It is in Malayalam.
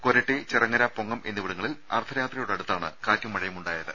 കൊരട്ടി ചിറങ്ങര പൊങ്ങം എന്നിവിടങ്ങളിൽ അർദ്ധരാത്രിയോടടുത്താണ് കാറ്റും മഴയും ഉണ്ടായത്